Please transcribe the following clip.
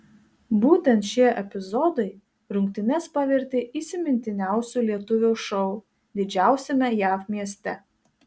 būtent šie epizodai rungtynes pavertė įsimintiniausiu lietuvio šou didžiausiame jav mieste